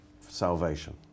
salvation